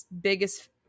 biggest